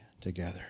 together